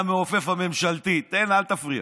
אל תפריע.